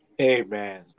Amen